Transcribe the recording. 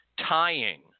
tying